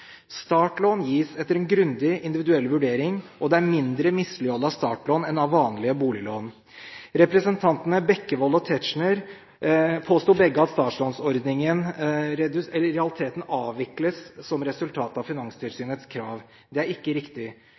Startlån gis etter en grundig, individuell vurdering, og det er mindre mislighold av startlån enn av vanlige boliglån. Representantene Bekkevold og Tetzschner påsto begge at startlånsordningen i realiteten avvikles som resultat av Finanstilsynets krav. Det er ikke riktig.